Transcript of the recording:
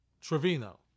Trevino